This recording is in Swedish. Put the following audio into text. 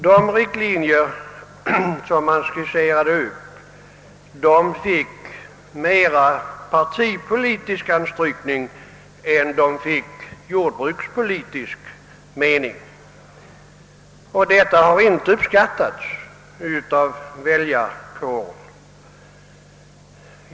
De riktlinjer man skisserade fick mer prispolitisk anstrykning än jordbrukspolitisk karaktär. Detta har inte uppskattats av väljarkåren.